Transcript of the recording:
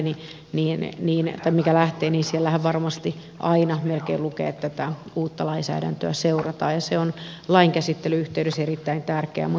eli jokaisessa laissa joka tästä salista lähtee varmasti melkein aina lukee että tätä uutta lainsäädäntöä seurataan ja se on lain käsittelyn yhteydessä erittäin tärkeää